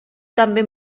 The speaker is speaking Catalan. també